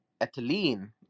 ethylene